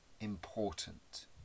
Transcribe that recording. important